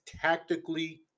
tactically